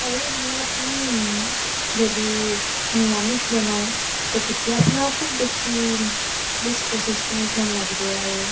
আৰু ধৰক আপুনি যদি নিৰামিষ বনাই তো তেতিয়া আপোনাক খুব বেছি বিছ পঁচিছ মিনিটমান লাগিব আৰু